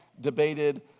debated